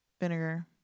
vinegar